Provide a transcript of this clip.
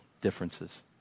differences